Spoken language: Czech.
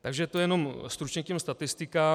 Takže to jenom stručně k těm statistikám.